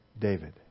David